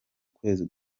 kwezi